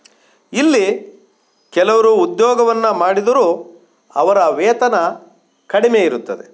ಇಲ್ಲಿ ಕೆಲವರು ಉದ್ಯೋಗವನ್ನು ಮಾಡಿದರೂ ಅವರ ವೇತನ ಕಡಿಮೆಯಿರುತ್ತದೆ